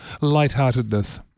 lightheartedness